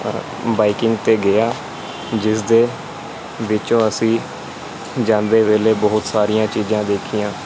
biking 'ਤੇ ਗਿਆ ਜਿਸਦੇ ਵਿੱਚੋਂ ਅਸੀਂ ਜਾਂਦੇ ਵੇਲੇ ਬਹੁਤ ਸਾਰੀਆਂ ਚੀਜ਼ਾਂ ਦੇਖੀਆਂ